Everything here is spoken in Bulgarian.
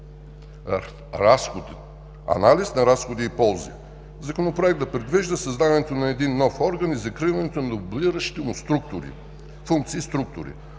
казали в Анализ на разходи и ползи, че Законопроектът предвижда създаването на един нов орган и закриването на дублиращи функциите му структури.